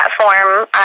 platform